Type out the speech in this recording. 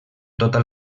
tota